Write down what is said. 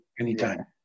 anytime